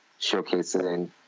showcasing